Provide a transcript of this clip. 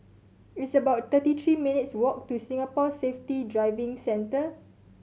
it's about thirty three minutes walk to Singapore Safety Driving Centre